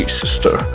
sister